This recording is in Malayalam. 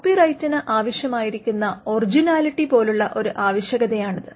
കോപ്പിറൈറ്റിന് ആവശ്യമായിരിക്കുന്ന ഒറിജിനാലിറ്റി പോലുള്ള ഒരു ആവശ്യകതയാണിത്